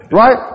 right